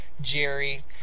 Jerry